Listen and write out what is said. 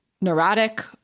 neurotic